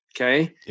Okay